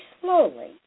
slowly